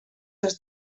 dels